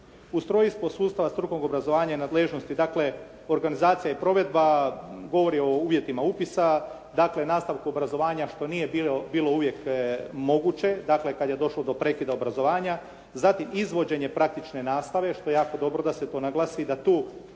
Ustrojstvo sustava strukovnog obrazovanja i nadležnosti, dakle organizacija i provedba govori o uvjetima upisa, dakle nastavku obrazovanja što nije bilo uvijek moguće, dakle kad je došlo do prekida obrazovanja, zatim izvođenje praktične nastave, što je jako dobro da se to naglasi da tu